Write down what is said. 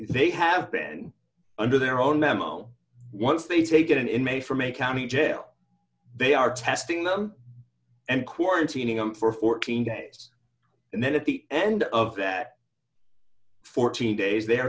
they have been under their own memo once they take it in in may from a county jail they are testing them and quarantining them for fourteen days and then at the end of that fourteen days they